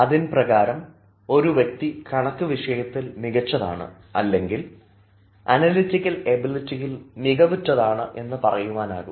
അതിൻപ്രകാരം ഒരു വ്യക്തി കണക്ക് വിഷയത്തിൽ മികച്ചതാണ് അല്ലെങ്കിൽ അനലിറ്റിക്കൽ എബിലിറ്റിയിൽ മികവുറ്റതാണ് എന്ന് പറയുവാനാകും